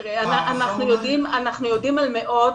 אנחנו יודעים על מאות.